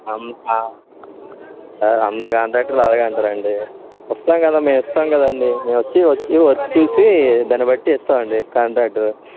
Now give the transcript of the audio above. అంద అందరూ కాంట్రాక్టర్లు అలాగే అంటారండి వస్తాం కదా మేము ఇస్తాం కదండీ మేం వచ్చి వచ్చి వర్క్ చూసి దాన్ని బట్టి ఇస్తామండి కాంట్రాక్ టు